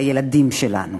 הילדים שלנו.